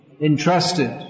entrusted